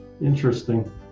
Interesting